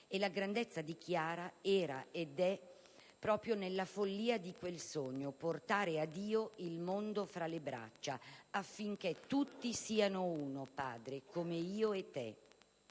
la grandezza di Chiara era, ed è, proprio nella follia di quel sogno: portare a Dio il mondo fra le braccia, affinché tutti siano uno, Padre, come io e te.